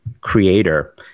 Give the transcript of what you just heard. creator